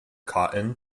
cotton